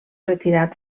retirat